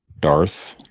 Darth